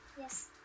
Yes